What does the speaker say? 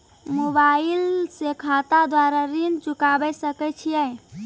Mobile से खाता द्वारा ऋण चुकाबै सकय छियै?